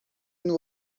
nous